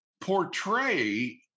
portray